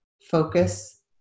focus